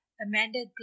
Amanda